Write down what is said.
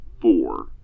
four